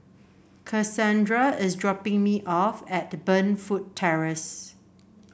Kasandra is dropping me off at Burnfoot Terrace